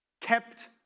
kept